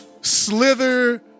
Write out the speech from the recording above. slither